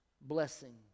blessing